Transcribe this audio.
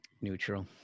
Neutral